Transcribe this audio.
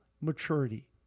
maturity